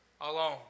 alone